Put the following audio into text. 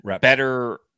better